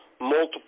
multiple